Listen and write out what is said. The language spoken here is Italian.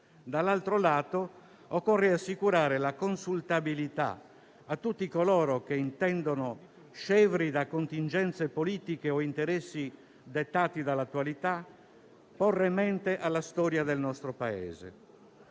dall'altro lato, occorre assicurare la consultabilità a tutti coloro che, scevri da contingenze politiche o da interessi dettati dall'attualità, intendano porre mente alla storia del nostro Paese.